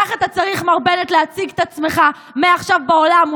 כך אתה צריך, מר בנט, להציג את עצמך מעכשיו בעולם.